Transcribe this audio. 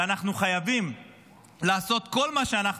ואנחנו חייבים לעשות כל מה שאנחנו